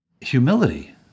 humility